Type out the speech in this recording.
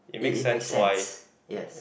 it it make sense yes